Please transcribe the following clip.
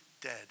dead